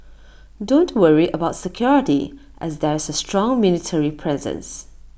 don't worry about security as there's A strong military presence